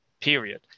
period